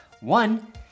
One